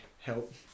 Help